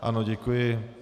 Ano, děkuji.